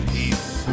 Peace